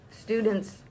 Students